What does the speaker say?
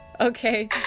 Okay